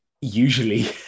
usually